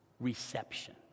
reception